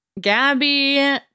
Gabby